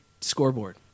scoreboard